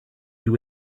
you